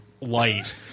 light